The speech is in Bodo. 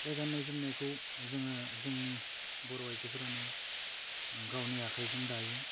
बे गान्नाय जोमनायखौ जोङो जोंनि बर' आइजोफोरानो गावनि आखायजों दायो